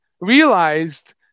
realized